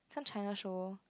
some China show